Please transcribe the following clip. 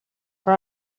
for